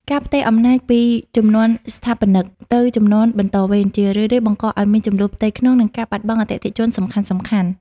ការផ្ទេរអំណាចពីជំនាន់ស្ថាបនិក ទៅជំនាន់បន្តវេន ជារឿយៗបង្កឱ្យមានជម្លោះផ្ទៃក្នុង និងការបាត់បង់អតិថិជនសំខាន់ៗ។